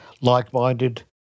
like-minded